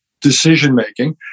decision-making